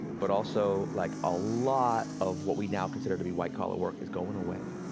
but also like a lot of what we now consider to be white collar work is going away,